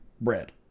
bread